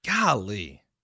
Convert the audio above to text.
Golly